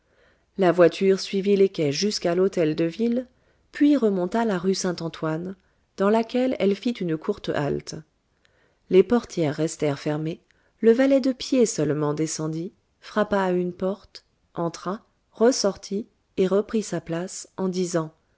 la voiture suivit les quais jusqu'à l'hôtel de ville puis remonta la rue saint-antoine dans laquelle elle fit une courte halte les portières restèrent fermées le valet de pied seulement descendit frappa à une porte entra ressortit et reprit sa place en